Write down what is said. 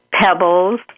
pebbles